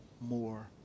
more